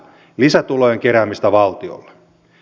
lisätulojen keräämistä valtiolle